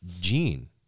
gene